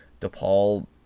DePaul